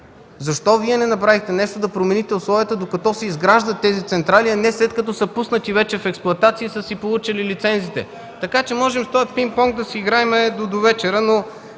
Защо Вие не направихте нещо да промените условията докато се изграждат тези централи, а не след като са пуснати вече в експлоатация и са си получили лицензиите? Така че с този пинк понк можем да си играем до довечера, но